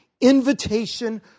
invitation